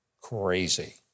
crazy